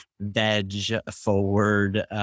veg-forward